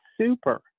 super